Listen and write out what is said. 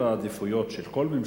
אדוני השר, סדר העדיפויות של כל ממשלה,